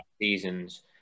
seasons